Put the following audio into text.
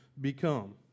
become